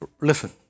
Listen